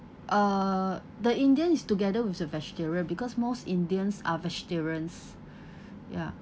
uh the indian is together with the vegetarian because most indians are vegetarians ya